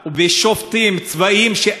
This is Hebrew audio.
ובשופטים צבאיים, אני לא,